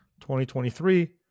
2023